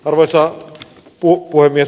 arvoisa puhemies